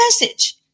message